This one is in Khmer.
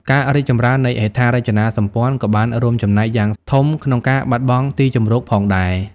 ការរីកចម្រើននៃហេដ្ឋារចនាសម្ព័ន្ធ ក៏បានរួមចំណែកយ៉ាងធំក្នុងការបាត់បង់ទីជម្រកផងដែរ។